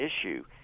issue